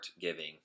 giving